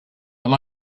and